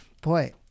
Boy